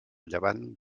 llevant